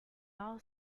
all